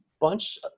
bunch